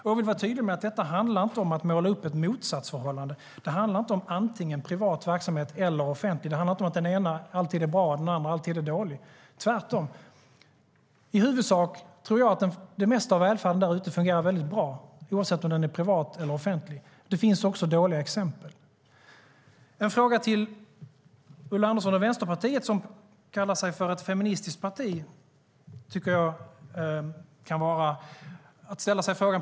Jag vill vara tydlig med att det inte handlar om att måla upp ett motsatsförhållande. Det handlar inte om antingen privat verksamhet eller offentlig. Det handlar inte om att den ena alltid är bra och den andra alltid dålig. Tvärtom. I huvudsak tror jag att den mesta välfärden fungerar bra, oavsett om den är privat eller offentlig. Det finns också dåliga exempel. Jag har en fråga till Ulla Andersson och Vänsterpartiet, som kallar sig ett feministiskt parti.